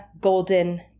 Golden